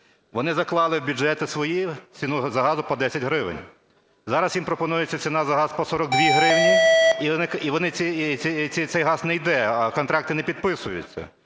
Вони заклали в бюджети свої ціну за газ по 10 гривень. Зараз їм пропонується ціна за газ по 42 гривні і цей газ не йде, а контракти не підписуються.